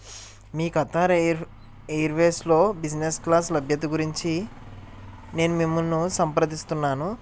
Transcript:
మీ Qatar air ఎయిర్వేస్లో business class లభ్యత గురించి నేను మిమ్మల్ని సంప్రదిస్తున్నాను